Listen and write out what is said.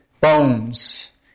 bones